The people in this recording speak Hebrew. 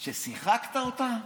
ששיחקתם אותה?